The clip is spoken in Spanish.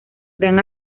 gran